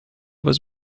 was